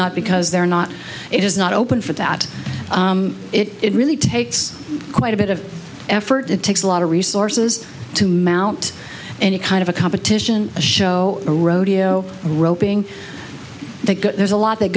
not because they're not it is not open for that it really takes quite a bit of effort it takes a lot of resources to mount any kind of a competition show or rodeo roping that there's a lot that